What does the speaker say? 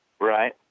Right